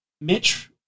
Mitch